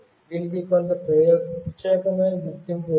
దీనికి కొంత ప్రత్యేకమైన గుర్తింపు వచ్చింది